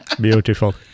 beautiful